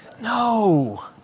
No